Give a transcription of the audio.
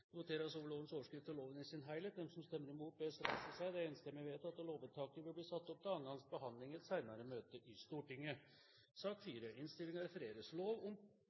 Det voteres over lovens overskrift og loven i sin helhet. Lovvedtaket vil bli ført opp til andre gangs behandling i et senere møte i Stortinget.